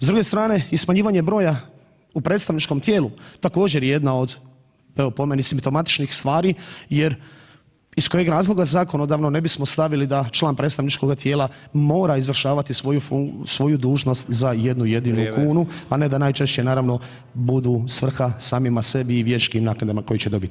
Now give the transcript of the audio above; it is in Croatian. S druge strane i smanjivanje broja u predstavničkom tijelu također je jedna od, evo po meni, simptomatičnih stvari jer iz kojeg razloga zakonodavno ne bismo stavili da član predstavničkoga tijela mora izvršavati svoju dužnost za jednu jedinu [[Upadica: Vrijeme]] kunu, a ne da najčešće naravno budu svrha samima sebi i … [[Govornik se ne razumije]] naknadama koje će dobit.